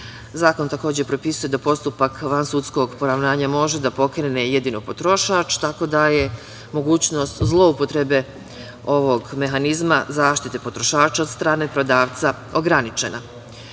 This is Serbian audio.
Zakon takođe propisuje da postupak vansudskog poravnanja može da pokrene jedino potrošač, tako da je mogućnost zloupotrebe ovog mehanizma zaštite potrošača od strane prodavca ograničena.Međutim,